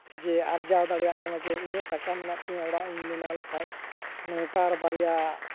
ᱡᱮ ᱟᱨᱡᱟᱣ ᱫᱟᱲᱮᱭᱟᱜ ᱠᱟᱱᱟ ᱡᱮ ᱤᱧᱟᱹᱜ ᱴᱟᱠᱟ ᱢᱮᱱᱟᱜ ᱛᱤᱧᱟᱹ ᱚᱲᱟᱜ ᱤᱧ ᱵᱮᱱᱟᱣ ᱞᱮᱠᱷᱟᱱᱱᱚᱝᱠᱟ ᱟᱨ ᱵᱟᱨᱭᱟ